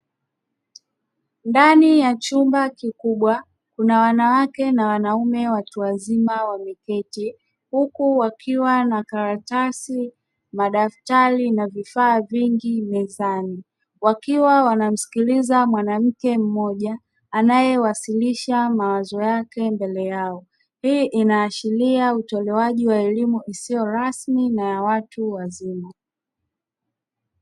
Ndani ya chumba kikubwa kuna wanawake na wanaume watu wazima wameketi, huku wakiwa na: karatasi, madaftari na vifaa vingi mezani; wakiwa wanamsikiliza mwanamke mmoja anayewasilisha mawazo yake mbele yao. Hii inaashiria utolewaji wa elimu isiyo rasmi na ya watu wazima.